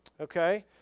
Okay